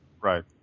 Right